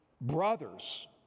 brothers